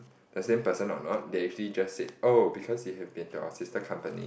the same person or not they actually just said oh because you have been to our sister company